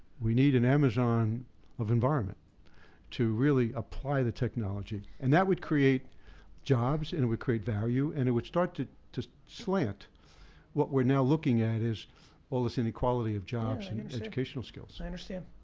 we need and amazon of environment to really apply the technology. and that would create jobs, and it would create value, and it would start to to slant what we're now looking at is all this inequality of jobs and educational skills. i understand.